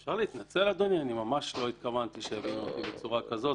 זה שעלתה פה טענה שכתבנו חשבון וזה לא עונה על הצורך שלהם,